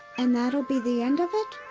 and that'll be the end of it?